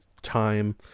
time